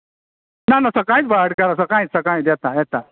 ना ना सकळींच भाटकारा सकाळींच सकाळींच येतां येतां